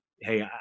hey